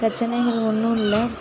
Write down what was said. பிரச்சனைகள் ஒன்றும் இல்லை